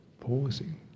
pausing